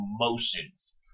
emotions